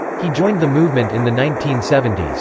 he joined the movement in the nineteen seventy s.